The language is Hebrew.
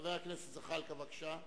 חבר הכנסת זחאלקה, בבקשה.